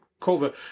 cover